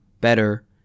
better